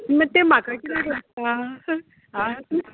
तें म्हाका किदें करता आ